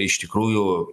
iš tikrųjų